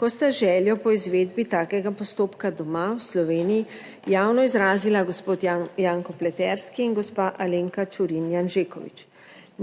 ko sta željo po izvedbi takega postopka doma, v Sloveniji javno izrazila gospod Janko Pleterski in gospa Alenka Čurin Janžekovič.